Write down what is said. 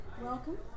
welcome